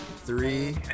Three